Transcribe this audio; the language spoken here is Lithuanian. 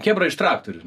chebra iš traktorių